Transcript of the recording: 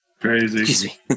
Crazy